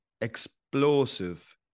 explosive